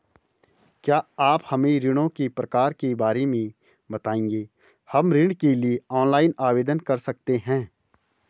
क्या आप हमें ऋणों के प्रकार के बारे में बताएँगे हम ऋण के लिए ऑनलाइन आवेदन कर सकते हैं?